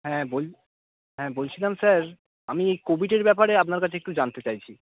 হ্যাঁ বল হ্যাঁ বলছিলাম স্যার আমি কোভিডের ব্যাপারে আপনার কাছে একটু জানতে চাইছি